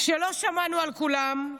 לא שמענו על כולם.